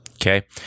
Okay